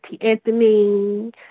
Anthony